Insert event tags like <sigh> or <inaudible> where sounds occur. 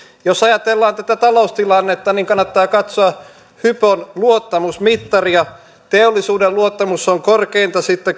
jos ajatellaan tätä taloustilannetta niin kannattaa katsoa hypon luottamusmittaria teollisuuden luottamus on korkeinta sitten <unintelligible>